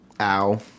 Ow